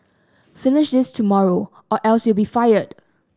finish this tomorrow or else you'll be fired